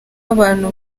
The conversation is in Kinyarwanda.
abantu